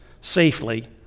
safely